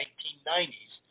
1990s